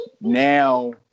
now